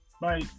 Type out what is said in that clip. Bye